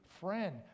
friend